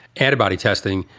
antibody testing,